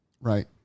Right